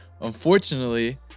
unfortunately